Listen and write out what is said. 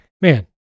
man